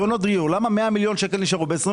למה 100 מיליון שקל נשארו ב-22'?